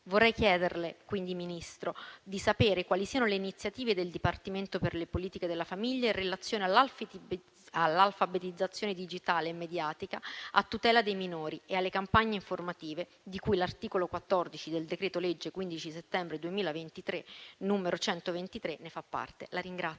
vorrei quindi chiederle di sapere quali siano le iniziative del Dipartimento per le politiche della famiglia in relazione all'alfabetizzazione digitale e mediatica, a tutela dei minori e alle campagne informative di cui l'articolo 14 del decreto-legge del 15 settembre 2023, n. 123, fa parte. PRESIDENTE.